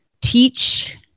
teach